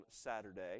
Saturday